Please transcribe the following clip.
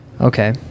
Okay